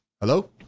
Hello